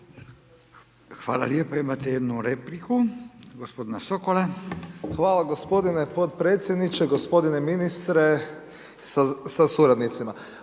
Hvala lijepa. Imate jednu repliku gospodina Sokola. **Sokol, Tomislav (HDZ)** Hvala gospodine potpredsjedniče, gospodine ministre sa suradnicima.